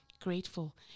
grateful